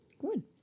Good